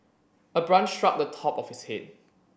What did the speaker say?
a branch struck the top of his head